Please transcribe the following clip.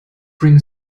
bring